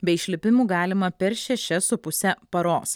be išlipimų galima per šešias su puse paros